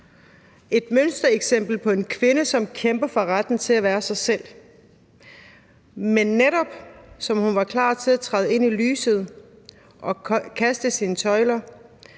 et mønstereksempel på en kvinde, som kæmper for retten til at være sig selv. Men netop som hun var klar til at træde ind i lyset og kaste sine tøjler